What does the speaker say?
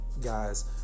Guys